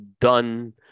done